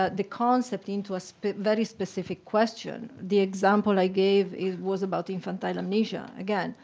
ah the concept into a so very specific question. the example i gave, it was about infantile amnesia again.